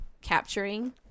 capturing